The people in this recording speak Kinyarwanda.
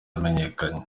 yamenyekanye